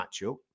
matchup